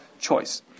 choice